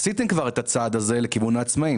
עשיתם כבר את הצעד הזה לכיוון העצמאים